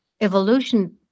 evolution